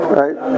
right